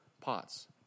pots